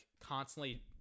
constantly